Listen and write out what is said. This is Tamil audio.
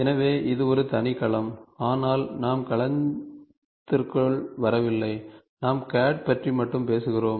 எனவே இது ஒரு தனி களம் ஆனால் நாம் களத்திற்குள் வரவில்லை நாம் CAD பற்றி மட்டுமே பேசுகிறோம்